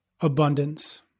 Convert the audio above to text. abundance